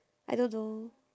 I don't know